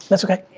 that's okay.